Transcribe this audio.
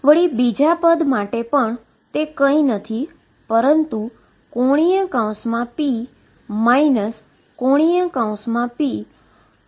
વળી બીજા પદ માટે પણ તે કઈ નથી પરંતુ ⟨p ⟨p⟩2⟩ છે